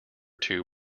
two